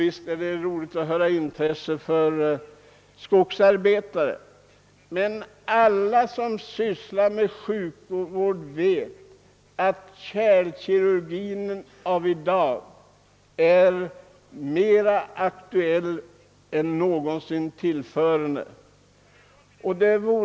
Visst är det roligt att intresset har väckts för dessa frågor, men alla som sysslar med sjukvård vet att kärlkirurgin i dag är mer aktuell än någonsin tillförne.